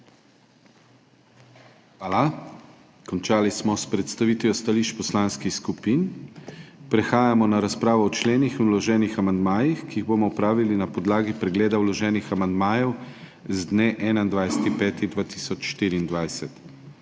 Hvala. Končali smo s predstavitvijo stališč poslanskih skupin. Prehajamo na razpravo o členih in vloženih amandmajih, ki jo bomo opravili na podlagi pregleda vloženih amandmajev z dne 21. 5.